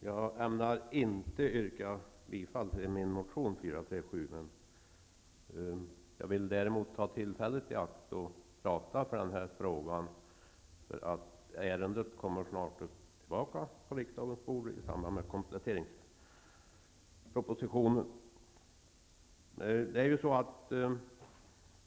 Herr talman! Jag ämnar inte yrka bifall till min motion A437. Jag vill däremot ta tillfället i akt att prata för det som jag har tagit upp i den motionen. Ärendet kommer snart tillbaka på riksdagens bord i samband med behandlingen av kompletteringspropositionen.